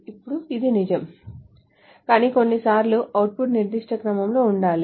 ఇప్పుడు ఇది నిజం కానీ కొన్నిసార్లు అవుట్పుట్ నిర్దిష్ట క్రమంలో ఉండాలి